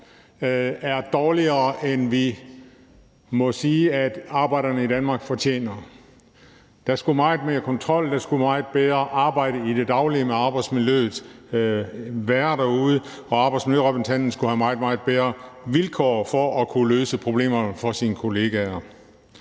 er dårligere, end vi må sige at arbejderne i Danmark fortjener. Der skulle være meget mere kontrol, der skulle være meget bedre arbejde i det daglige med arbejdsmiljøet derude, og arbejdsmiljørepræsentanten skulle have meget, meget bedre vilkår for at kunne løse problemerne for sine kollegaer.